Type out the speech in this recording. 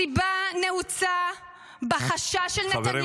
הסיבה נעוצה בחשש של נתניהו -- חברים,